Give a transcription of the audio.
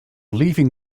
leaving